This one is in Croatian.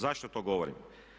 Zašto to govorim?